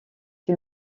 qui